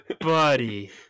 buddy